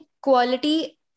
quality